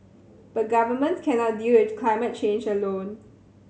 but government cannot deal with climate change alone